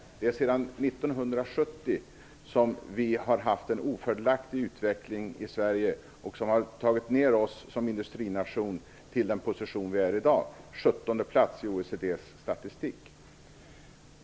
Det är efter 1970 som vi har haft en ofördelaktig utveckling i Sverige, som har tagit ned oss som industrination till den position där vi är i dag, på sjuttonde plats i OECD:s statistik.